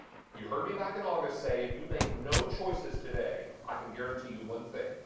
you heard me back in august say if you make no choices today, i can guarantee you one thing,